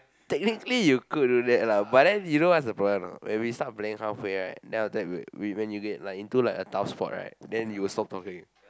technically you could do that lah but then you know what's the problem or not when we start playing half way right then after that we when you get into a tough spot right then you will stop talking